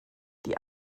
die